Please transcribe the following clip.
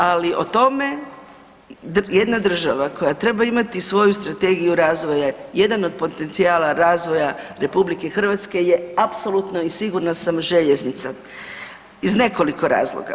Ali o tome jedna država koja treba imati svoju strategiju razvoja jedan od potencijala razvoja RH je apsolutno i sigurna sam željeznica iz nekoliko razloga.